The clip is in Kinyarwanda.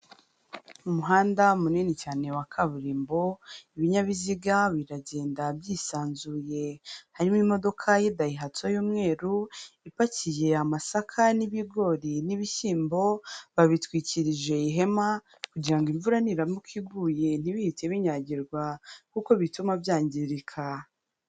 Umuhanda munini cyane wa kaburimbo, ibinyabiziga biragenda byisanzuye, harimo imodoka y'idayihatsu y'umweru, ipakiye amasaka n'ibigori n'ibishyimbo, babitwikirije ihema kugira ngo imvura niramuka iguye ntibihite binyagirwa kuko bituma byangirika.